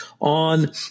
on